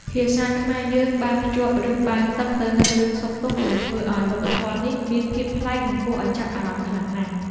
ភាសាខ្មែរយើងបានភ្ជាប់រឿងបាយទឹកទៅនឹងរឿងសុខទុក្ខដែលធ្វើឱ្យវប្បធម៌នេះមានភាពប្លែកនិងគួរឱ្យចាប់អារម្មណ៍ខ្លាំងណាស់។